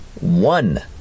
one